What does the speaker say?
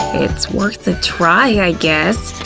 it's worth a try, i guess.